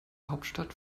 hauptstadt